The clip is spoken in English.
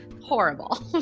horrible